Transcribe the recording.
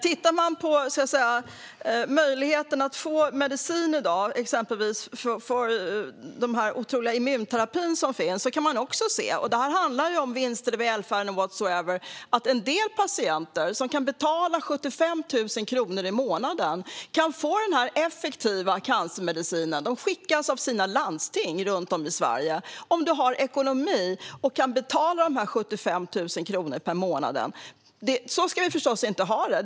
Tittar man på möjligheten att få medicin i dag, exempelvis för immunterapi, kan man se att patienter som kan betala 75 000 kronor i månaden kan få denna effektiva cancermedicin. De skickas av sina landsting om de har ekonomi att betala 75 000 kronor i månaden. Så ska vi förstås inte ha det.